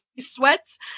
sweats